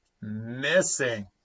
missing